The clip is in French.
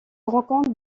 rencontre